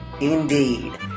Indeed